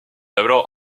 alors